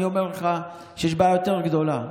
אני אומר לך שיש בעיה יותר גדולה.